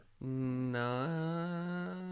No